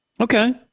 Okay